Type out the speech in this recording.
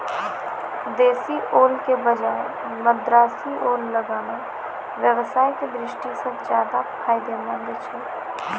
देशी ओल के बजाय मद्रासी ओल लगाना व्यवसाय के दृष्टि सॅ ज्चादा फायदेमंद छै